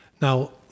Now